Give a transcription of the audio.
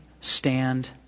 stand